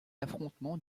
affrontements